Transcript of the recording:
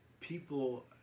people